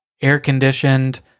air-conditioned